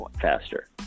faster